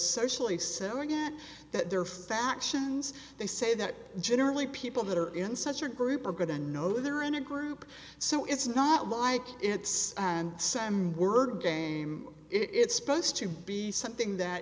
socially so again that there are factions they say that generally people that are in such a group are going to know they're in a group so it's not like it's and same word game it's supposed to be something that